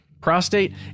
prostate